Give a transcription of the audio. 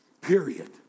Period